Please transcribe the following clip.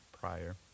prior